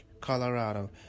Colorado